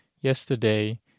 Yesterday